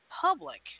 public